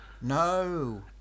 No